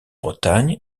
bretagne